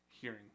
hearing